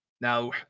now